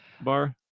bar